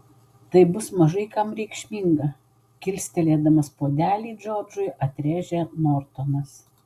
tai bus mažai kam reikšminga kilstelėdamas puodelį džordžui atrėžė nortonas